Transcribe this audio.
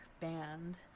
band